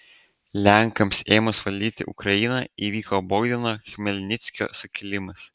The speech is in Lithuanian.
lenkams ėmus valdyti ukrainą įvyko bogdano chmelnickio sukilimas